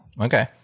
Okay